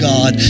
God